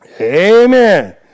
Amen